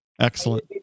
Excellent